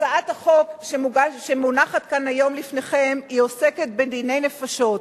הצעת החוק שמונחת כאן היום לפניכם עוסקת בדיני נפשות.